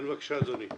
כן, בבקשה, אדוני.